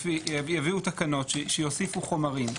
שיוסיפו חומרים,